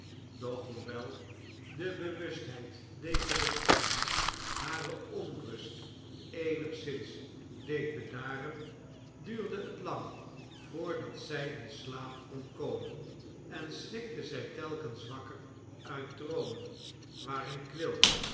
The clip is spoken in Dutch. doch hoewel de bewustheid dezer bescherming hare onrust eenigszins deed bedaren duurde het lang voordat zij in slaap kon komen en schrikte zij telkens wakker uit droomen waarin quilp